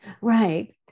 Right